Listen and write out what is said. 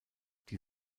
die